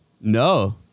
No